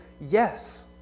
yes